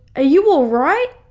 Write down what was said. ah you alright?